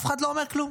אף אחד לא אומר כלום.